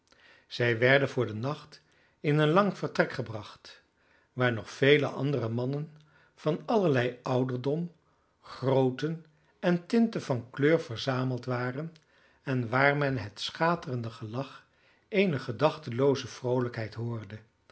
zij werden voor den nacht in een lang vertrek gebracht waar nog vele andere mannen van allerlei ouderdom grootte en tinten van kleur verzameld waren en waar men het schaterende gelach eener gedachtenlooze vroolijkheid hoorde